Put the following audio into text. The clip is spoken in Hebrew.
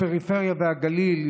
הפריפריה והגליל,